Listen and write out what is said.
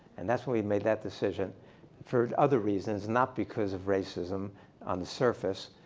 and that's when we made that decision for other reasons, not because of racism on the surface.